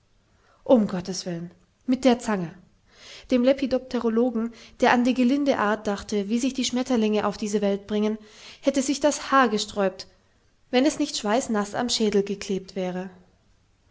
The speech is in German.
umgotteswillen mit der zange dem lepidopterologen der an die gelinde art dachte wie sich die schmetterlinge auf diese welt bringen hätte sich das haar gesträubt wenn es nicht schweißnaß am schädel geklebt wäre